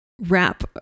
wrap